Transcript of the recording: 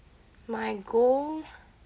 my goal